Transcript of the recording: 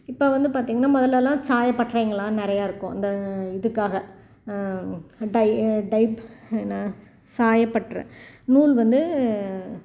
இப்போ வந்து பார்த்தீங்கன்னா முதலலாம் சாய பட்டறைங்கலாம் நிறைய இருக்கும் அந்த இதுக்காக டய் டய்பு என்ன ச சாயப்பட்டறை நூல் வந்து